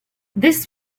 this